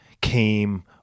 came